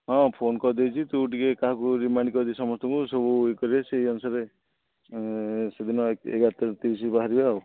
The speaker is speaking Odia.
ହଁ ଫୋନ୍ କରିଦେଇଛି ତୁ ଟିକିଏ କାହାକୁ ରିମାଇଣ୍ଡ୍ କରିଦେ ସମସ୍ତଙ୍କୁ ସବୁ ଇଏ କରିବେ ସେହି ଅନୁସାରେ ସେଦିନ ଏଗାରଟା ତିରିଶରେ ବାହାରିବା ଆଉ